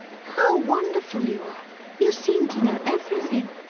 how wonderful you are you seem to know everything!